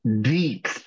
deep